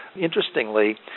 Interestingly